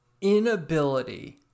inability